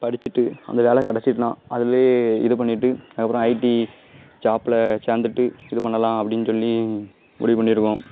படிச்சுட்டு அந்த வேலை கிடச்சிட்னா அதுலேயே இது பண்ணிவிட்டு அதுக்கப்புறம் ஐடி ஜாபில் சேர்ந்துட்டு இது பண்ணலாம் அப்படின் சொல்லி முடிவு பண்ணியிருக்கோம்